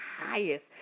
highest